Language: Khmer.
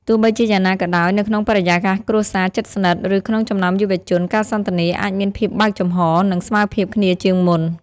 ទោះបីជាយ៉ាងណាក៏ដោយ នៅក្នុងបរិយាកាសគ្រួសារជិតស្និទ្ធ ឬក្នុងចំណោមយុវជន ការសន្ទនាអាចមានភាពបើកចំហរ និងស្មើភាពគ្នាជាងមុន។